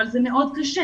אבל זה מאוד קשה.